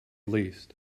least